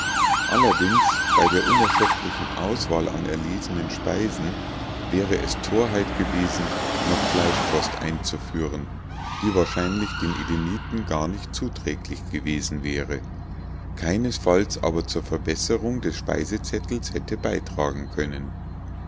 allerdings bei der unerschöpflichen auswahl an auserlesenen speisen wäre es torheit gewesen noch fleischkost einzuführen die wahrscheinlich den edeniten gar nicht zuträglich gewesen wäre keinesfalls aber zur verbesserung des speisezettels hätte beitragen können